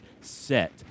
set